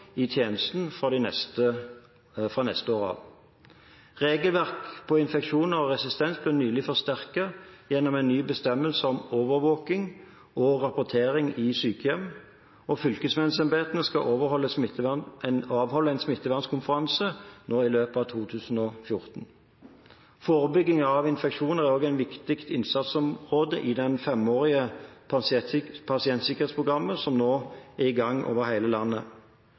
i tjenesten fra neste år av. Regelverket på infeksjoner og resistens ble nylig forsterket gjennom en ny bestemmelse om overvåking og rapportering i sykehjem. Fylkesmannsembetene skal avholde en smittevernskonferanse nå i løpet av 2014. Forebygging av infeksjoner er også et viktig innsatsområde i det femårige pasientsikkerhetsprogrammet som nå er i gang over hele landet.